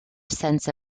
sense